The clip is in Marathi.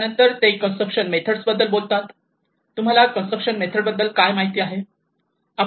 त्यानंतर ते कन्स्ट्रक्शन मेथड बद्दल बोलतात तुम्हाला कंस्ट्रक्शन मेथड बद्दल काय माहिती आहे